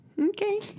okay